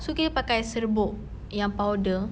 so kita pakai serbuk yang powder